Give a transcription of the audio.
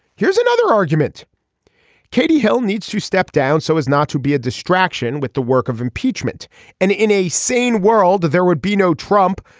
here's another argument katie hill needs to step down so as not to be a distraction with the work of impeachment and in a sane world there would be no trump.